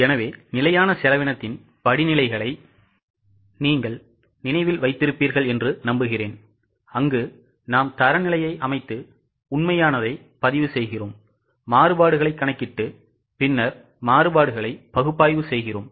எனவே நிலையான செலவினத்தின் படிநிலைகளை நீங்கள் நினைவில் வைத்திருப்பீர்கள் என்று நம்புகிறேன் அங்கு நாம் தரநிலையை அமைத்து உண்மையானதை பதிவு செய்கிறோம் மாறுபாடுகளைக் கணக்கிட்டு பின்னர் மாறுபாடுகளை பகுப்பாய்வு செய்கிறோம்